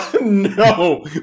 no